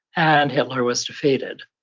and hitler was defeated.